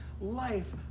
life